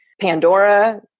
Pandora